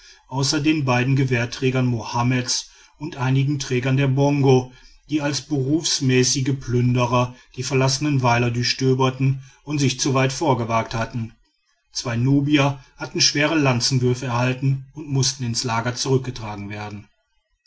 außer den beiden gewehrträgern mohammeds und einigen trägern der bongo die als berufsmäßige plünderer die verlassenen weiler durchstöbert und sich zu weit vorgewagt hatten zwei nubier hatten schwere lanzenwürfe erhalten und mußten ins lager zurückgetragen werden